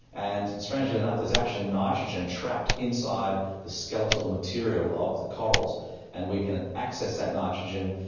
and strangely enough there's actually nitrogen trapped inside the skeletal material of the corals and we can access that nitrogen,